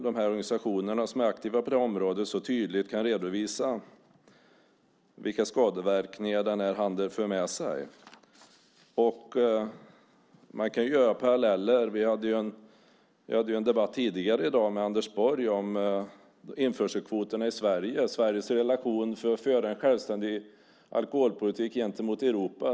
De organisationer som är aktiva på det här området kan tydligt redovisa vilka skadeverkningar den här handeln för med sig. Man kan dra paralleller. Vi hade en debatt tidigare i dag med Anders Borg om införselkvoterna i Sverige och Sveriges möjligheter att föra en självständig alkoholpolitik gentemot Europa.